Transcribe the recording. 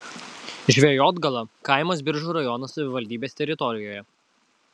žvejotgala kaimas biržų rajono savivaldybės teritorijoje